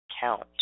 count